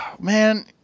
man